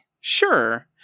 Sure